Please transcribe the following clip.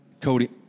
Cody